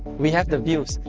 we have the views.